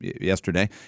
yesterday